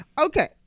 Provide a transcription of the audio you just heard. okay